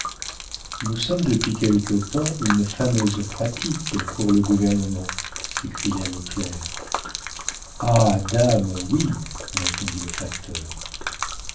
nous sommes depuis quelque temps une fameuse pratique pour le gouvernement s'écria le clerc ah dame oui répondit le facteur